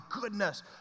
goodness